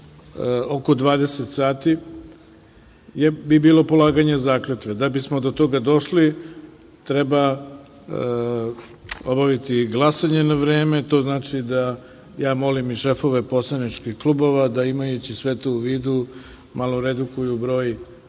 oko 20.00 časova bi bilo polaganje zakletve. Da bismo do toga došli, treba obaviti glasanje na vreme. Molim šefove poslaničkih klubova da, imajući sve to u vidu, malo redukuju broj